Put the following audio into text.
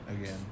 again